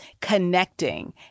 connecting